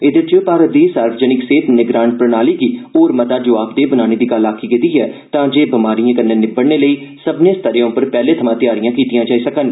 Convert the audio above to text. एहदे च भारत दी सार्वजनिक सेहत निगरान प्रणाली गी होर मता जवाबदेह बनाने दी गल्ल आखी गेई ऐ तांजे बमारियें कन्नै निब्बडने लेई सब्भनें स्तरें उप्पर पैहले थमां तैयारियां कीतीआं जाई सकन